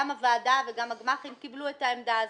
גם הוועדה וגם הגמ"חים קיבלו את העמדה הזאת.